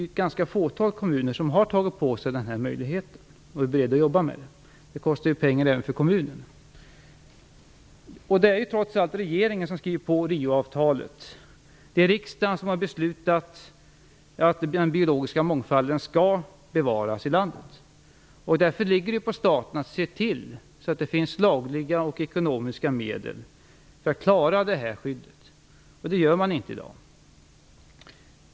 Det är ganska få kommuner som har tagit på sig det här och är beredda att jobba med det. Det kostar ju pengar även för kommunerna. Det är trots allt regeringen som har skrivit på Rioavtalet. Det är riksdagen som har beslutat att den biologiska mångfalden i landet skall bevaras. Därför är det statens uppgift att se till att det finns lagliga och ekonomiska medel för att klara det här skyddet. Det gör man inte i dag.